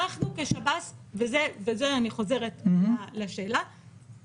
אנחנו כשב"ס, ואני חוזרת לשאלה -- בסדר גמור.